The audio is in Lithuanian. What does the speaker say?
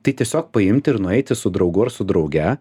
tai tiesiog paimti ir nueiti su draugu ar su drauge